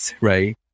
right